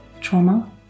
Trauma